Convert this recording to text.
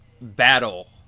battle